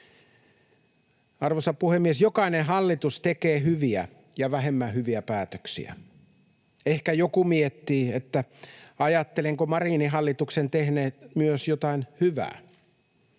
Arvoisa puhemies! Jokainen hallitus tekee hyviä ja vähemmän hyviä päätöksiä. Ehkä joku miettii, että ajattelenko Marinin hallituksen tehneen myös jotain hyvää.